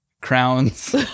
crowns